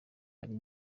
hari